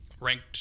Ranked